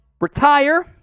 Retire